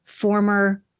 former